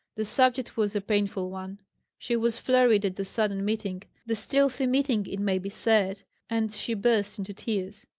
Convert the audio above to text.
the subject was a painful one she was flurried at the sudden meeting the stealthy meeting, it may be said and she burst into tears.